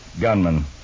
gunman